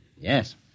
Yes